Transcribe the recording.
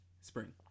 spring